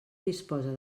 disposa